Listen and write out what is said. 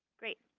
great.